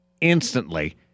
instantly